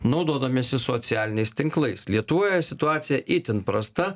naudodamiesi socialiniais tinklais lietuvoje situacija itin prasta